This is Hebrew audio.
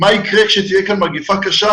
מה יקרה כשתהיה כאן מגפה קשה